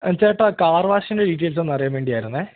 ചേട്ടാ കാർ വാഷിൻ്റെ ഡീറ്റെയിൽസ് ഒന്നറിയാൻ വേണ്ടിയായിരുന്നത്